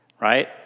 right